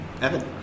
Evan